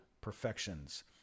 perfections